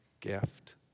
gift